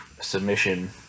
submission